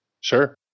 Sure